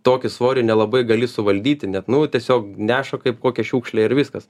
tokį svorį nelabai gali suvaldyti net nu tiesiog neša kaip kokią šiukšlę ir viskas